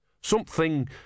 Something